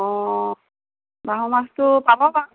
অঁ বাহু মাছটো পাব বাৰু